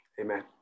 Amen